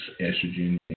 estrogen